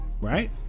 right